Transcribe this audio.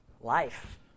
Life